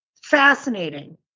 fascinating